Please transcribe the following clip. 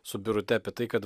su birute apie tai kad